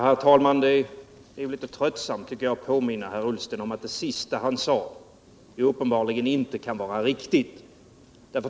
Herr talman! Det är litet tröttsamt att behöva påminna herr Ullsten om att det senaste han sade uppenbarligen inte kan vara riktigt.